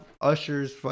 ushers